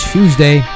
Tuesday